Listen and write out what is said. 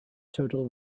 total